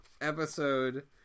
episode